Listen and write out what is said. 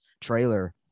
trailer